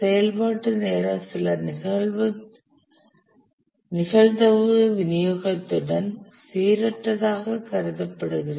செயல்பாட்டு நேரம் சில நிகழ்தகவு விநியோகத்துடன் சீரற்றதாகக் கருதப்படுகிறது